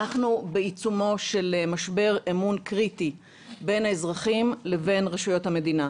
אנחנו בעיצומו של משבר אמון קריטי בין האזרחים לבין רשויות המדינה.